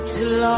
Till